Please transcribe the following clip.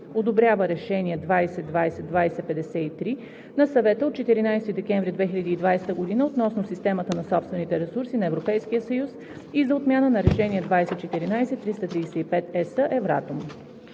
(ЕС, Евратом) 2020/2053 на Съвета от 14 декември 2020 г. относно системата на собствените ресурси на Европейския съюз и за отмяна на Решение 2014/335/ЕС, Евратом,